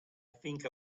think